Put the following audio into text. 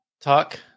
talk